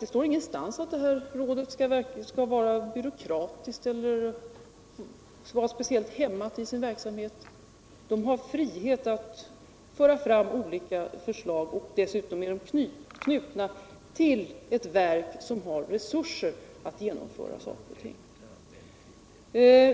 Det står ingenstans att rådet skall vara byråkratiskt eller speciellt hämmat i sin verksamhet. Det har frihet att föra fram olika förslag, och dessutom är det knutet till ett verk som har resurser att genomföra saker och ting.